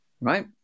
right